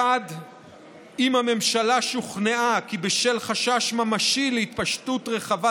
1. אם הממשלה שוכנעה כי בשל חשש ממשי להתפשטות רחבת